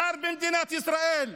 שר במדינת ישראל,